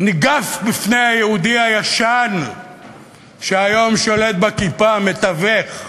ניגף בפני היהודי הישן שהיום שולט בכיפה, מתווך.